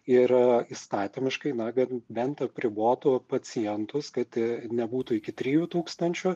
ir įstatymiškai na ben bent apribotų pacientus kad nebūtų iki trijų tūkstančių